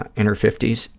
ah in her fifty s,